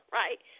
right